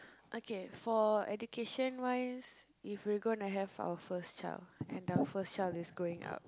okay for education wise if we gonna have our first child and the first child is growing up